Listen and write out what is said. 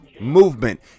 movement